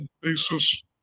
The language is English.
basis